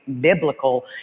biblical